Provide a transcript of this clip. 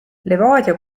levadia